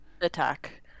attack